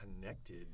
connected